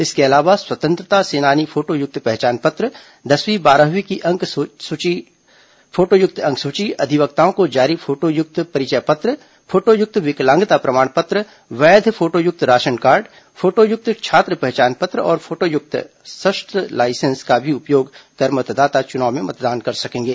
इसके अलावा स्वतंत्रता सेनानी फोटोयुक्त पहचान पत्र दसवीं बारहवीं की फोटोयुक्त अंकसूची अधिवक्ताओं को जारी फोटोयुक्त परिचय पत्र फोटोयुक्त विकलांगता प्रमाण पत्र वैघ फोटोयुक्त राशन कार्ड फोटोयुक्त छात्र पहचान पत्र और फोटोयुक्त शस्त्र लायसेंस का भी उपयोग कर मतदाता चुनाव में मतदान कर सकेंगे